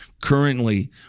currently